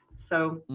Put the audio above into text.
so,